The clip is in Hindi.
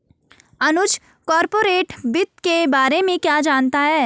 अनुज कॉरपोरेट वित्त के बारे में क्या जानता है?